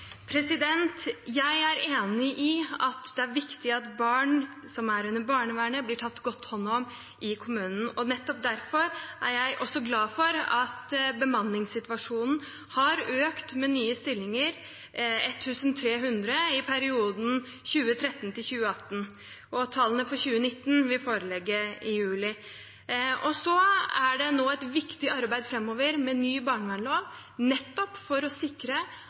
Jeg er enig i at det er viktig at barn som er under barnevernet, blir tatt godt hånd om i kommunen. Nettopp derfor er jeg også glad for at bemanningssituasjonen har økt med 1 300 nye stillinger i perioden 2013–2018. Tallene for 2019 vil foreligge i juli. Nå er det et viktig arbeid framover med ny barnevernslov, nettopp for å sikre